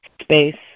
space